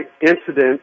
incident